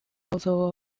also